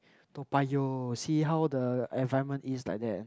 Toa-Payoh see how the environment is like that